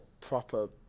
proper